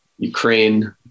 Ukraine